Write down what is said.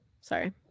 Sorry